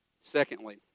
Secondly